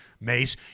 Mace